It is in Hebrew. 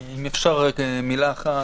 אם אפשר רק מילה אחת.